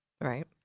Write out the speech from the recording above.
Right